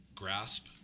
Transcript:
Grasp